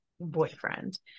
boyfriend